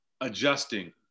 adjusting